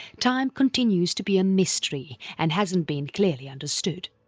time continues to be a mystery and hasn't been clearly understood.